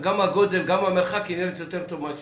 הגודל גם המרחק, היא נראית יותר טוב מאשר